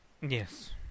Yes